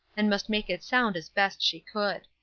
and must make it sound as best she could.